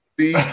See